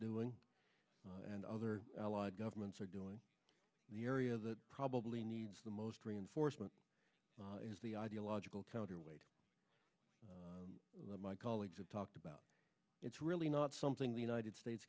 doing and other allied governments are doing in the area that probably needs the most reinforcement is the ideological counterweight my colleagues have talked about it's really not something the united states